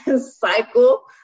cycle